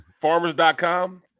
Farmers.com